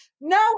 No